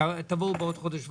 תבואו בעוד חודש וחצי,